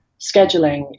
scheduling